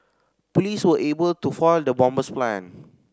police were able to foil the bomber's plan